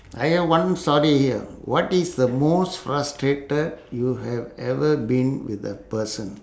I have one story here what is the most frustrated you have ever been with a person